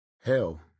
Hell